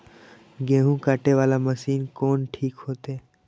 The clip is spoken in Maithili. गेहूं कटे वाला मशीन कोन ठीक होते?